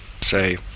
say